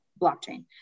blockchain